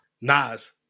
Nas